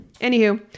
Anywho